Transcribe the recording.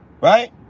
right